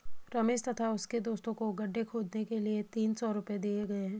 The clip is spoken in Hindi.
रमेश तथा उसके दोस्तों को गड्ढे खोदने के लिए तीन सौ रूपये दिए गए